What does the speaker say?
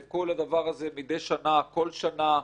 שנאבקו על הדבר הזה מדי שנה, כל שנה.